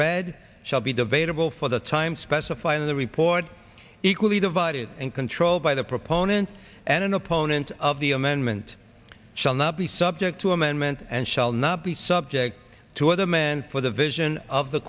read shall be debatable for the time specified in the report equally divided and controlled by the proponent and an opponent of the amendment shall not be subject to amendment and shall not be subject to other men for the vision of the